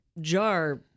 jar